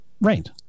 Right